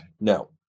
No